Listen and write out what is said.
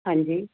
ਹਾਂਜੀ